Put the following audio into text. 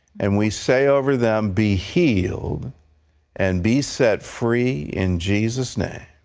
and we say over them, be healed and be set free in jesus' name.